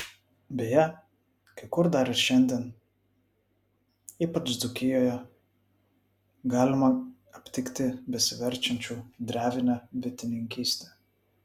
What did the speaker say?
beje kai kur dar ir šiandien ypač dzūkijoje galima aptikti besiverčiančių drevine bitininkyste